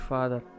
Father